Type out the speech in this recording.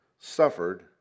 suffered